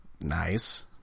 Nice